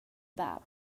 bab